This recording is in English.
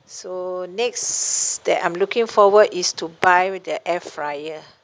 so next that I'm looking forward is to buy with the air fryer